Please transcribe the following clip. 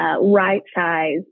right-size